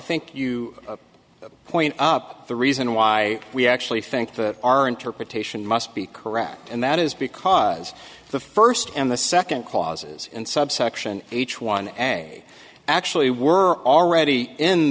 think you point up the reason why we actually think that our interpretation must be correct and that is because the first and the second clauses in subsection h one ag actually were already in